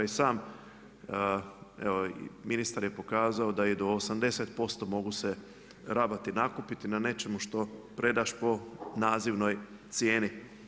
Pa i sam ministar je pokazao da je do 80% mogu se rabati nakupiti na nečemu što predaš po nazivnoj cijeni.